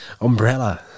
Umbrella